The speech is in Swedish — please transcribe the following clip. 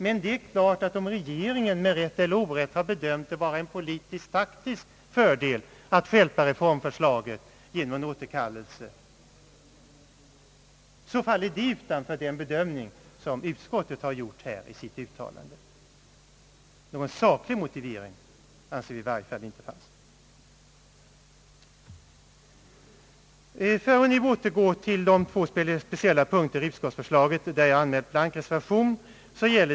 Men det är klart att om regeringen — med rätt eller orätt — har bedömt det vara en politiskt taktisk fördel att stjälpa reformförslaget genom en återkallelse, faller det utanför den bedömning som utskottet har gjort i sitt uttalande. Jag övergår nu till de två speciella punkter i utskottsförslaget, där jag anmält blank reservation.